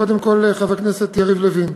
קודם כול, חבר כנסת יריב לוין,